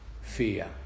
Fear